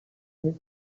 his